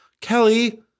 Kelly